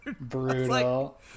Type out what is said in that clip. Brutal